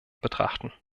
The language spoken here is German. betrachten